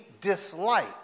dislike